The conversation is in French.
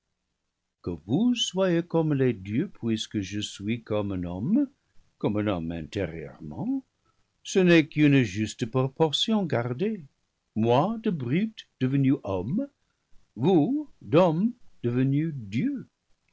que vous soyez comme les dieux puisque je suis comme un homme comme un homme intérieurement ce n'est qu'une juste proportion gardée moi de brute devenu homme vous d'hommes devenus dieux